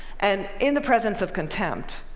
and in the presence of contempt,